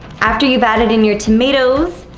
after you've added in your tomatoes,